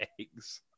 eggs